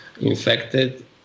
infected